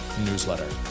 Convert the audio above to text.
newsletter